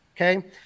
okay